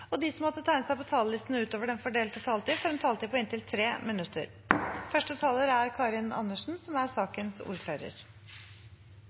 De som måtte tegne seg på talerlisten utover den fordelte taletid, får en taletid på inntil 3 minutter. Også i denne saken er det en enstemmig komité som stiller seg bak de lovforslagene som er